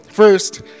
First